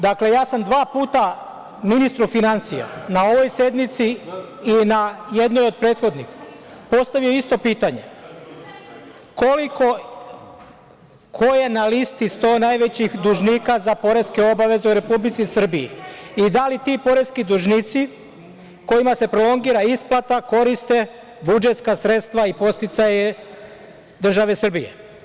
Dakle, ja sam dva puta ministru finansija na ovoj sednici i na jednoj od prethodnih postavio isto pitanje – koliko, ko je na listi 100 najvećih dužnika za poreske obaveze u Republici Srbiji i da li ti poreski dužnici kojima se prolongira isplata koriste budžetska sredstva i podsticaje države Srbije?